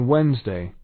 Wednesday